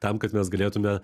tam kad mes galėtume